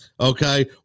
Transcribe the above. Okay